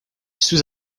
sous